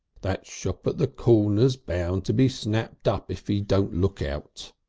that shop at the corner's bound to be snapped up if he don't look out.